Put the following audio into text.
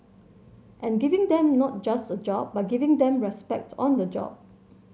and giving them not just a job but giving them respect on the job